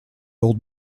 old